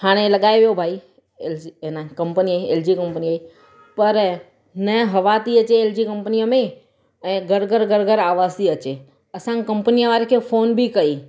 हाणे लॻाए वियो भाई एल जी कंपनीअ जी पर न हवा थी अचे एल जी कंपनीअ में ऐं गड़गड़ गड़गड़ आवाज़ु थी अचे असां कंपनी वारे खे फोन बि कई